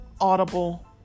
Audible